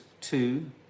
Two